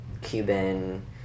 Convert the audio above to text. Cuban